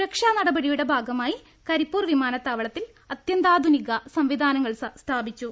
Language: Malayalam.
സുരക്ഷാ നടപടിയുടെ ഭാഗമായി കരിപ്പൂർ വിമാനത്താവള ത്തിൽ അത്യന്താധുനിക സംവിധാനങ്ങൾ സ്ഥാപിച്ചു